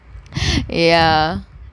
ya